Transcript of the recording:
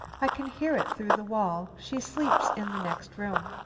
i can hear it through the wall she sleeps in the next room.